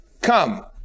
come